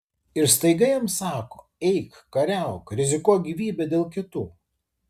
ir staiga jam sako eik kariauk rizikuok gyvybe dėl kitų